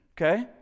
okay